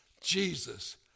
Jesus